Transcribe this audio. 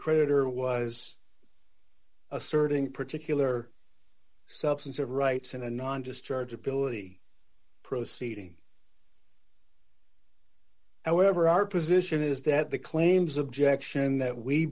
creditor was asserting particular substance of rights in a non just charge ability proceeding however our position is that the claims objection that we